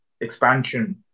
expansion